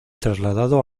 trasladado